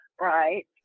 right